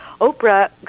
Oprah